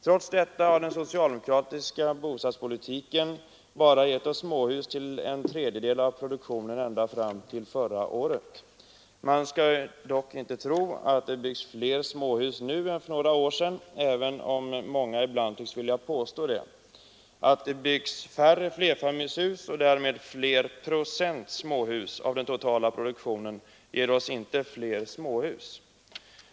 Trots detta har den socialdemokratiska bostadspolitiken gett oss småhus till bara en tredjedel av produktionen ända fram till förra året. Man skall dock inte tro att det byggs fler småhus nu än för några år sedan, även om många ibland tycks vilja påstå det. Att det byggs färre flerfamiljshus och därmed procentuellt fler småhus av den totala produktionen för närvarande ger oss inte fler småhus.